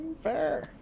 fair